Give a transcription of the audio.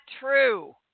true